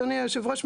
אדוני היושב-ראש,